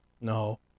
No